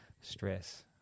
stress